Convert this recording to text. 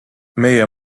meie